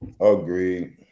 Agreed